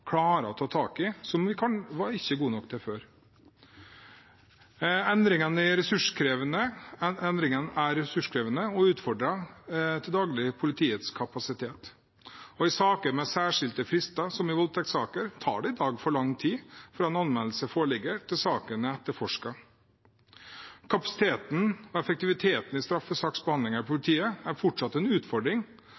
å ta tak i, som vi ikke var gode nok til før. Endringene er ressurskrevende og utfordrer til daglig politiets kapasitet. I saker med særskilte frister, som voldtektssaker, tar det i dag for lang tid fra en anmeldelse foreligger, til saken er etterforsket. Kapasiteten og effektiviteten i straffesaksbehandlingen i